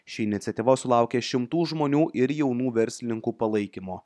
ši iniciatyva sulaukė šimtų žmonių ir jaunų verslininkų palaikymo